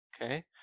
Okay